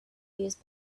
use